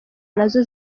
nazo